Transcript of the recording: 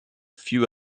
few